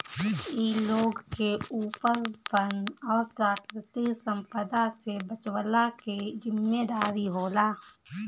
इ लोग के ऊपर वन और प्राकृतिक संपदा से बचवला के जिम्मेदारी होला